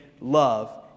love